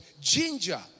Ginger